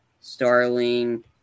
Starling